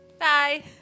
Bye